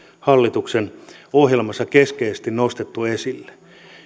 hallituksen ohjelmassa keskeisesti nostettu esille